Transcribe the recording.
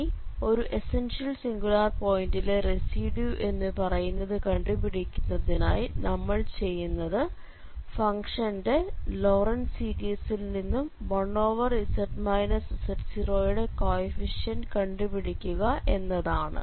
ഇനി ഒരു essential singular പോയിന്റിലെ റെസിഡ്യൂ എന്നു പറയുന്നത് കണ്ടുപിടിക്കുന്നതിനായി നമ്മൾ ചെയ്യുന്നത് ഫംഗ്ഷ്യന്റെ ലോറന്റ് സീരിസിൽ നിന്നും 1z z0 ന്റെ കോയെഫിഷ്യന്റ് കണ്ടുപിടിക്കുക എന്നതാണ്